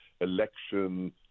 election